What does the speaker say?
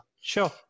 Sure